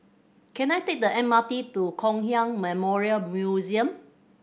can I take the M R T to Kong Hiap Memorial Museum